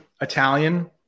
Italian